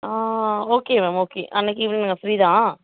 okay ma'am okay அன்றைக்கு evening நாங்கள் free தான்